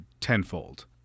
tenfold